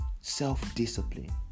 self-discipline